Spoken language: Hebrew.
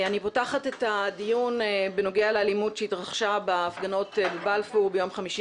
אני פותחת את הדיון בנוגע לאלימות שהתרחשה בהפגנות בבלפור ביום חמישי